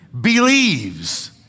believes